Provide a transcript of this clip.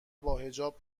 باحجاب